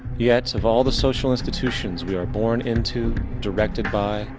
yet, of all the social institutions, we are born into, directed by,